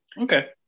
Okay